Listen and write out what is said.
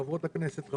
חברי וחברות הכנסת,